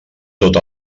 tot